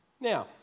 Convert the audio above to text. Now